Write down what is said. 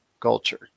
Culture